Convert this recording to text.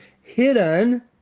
hidden